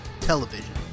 television